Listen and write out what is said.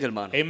Amen